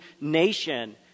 nation